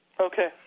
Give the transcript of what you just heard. Okay